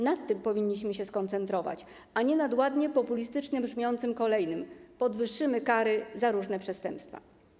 Na tym powinniśmy się skoncentrować, a nie na ładnie populistycznie brzmiącym kolejnym: podwyższymy kary za różne przestępstwa.